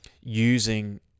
using